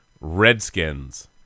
Redskins